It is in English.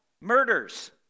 murders